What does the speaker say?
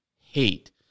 hate